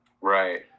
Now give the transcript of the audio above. Right